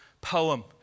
poem